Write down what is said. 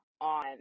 on